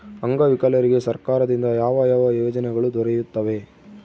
ಅಂಗವಿಕಲರಿಗೆ ಸರ್ಕಾರದಿಂದ ಯಾವ ಯಾವ ಯೋಜನೆಗಳು ದೊರೆಯುತ್ತವೆ?